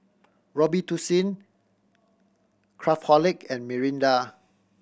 Robitussin Craftholic and Mirinda